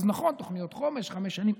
אז נכון, תוכנית חומש, חמש שנים.